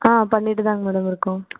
ஆ பண்ணிகிட்டு தாங்க மேடம் இருக்கோம்